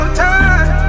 time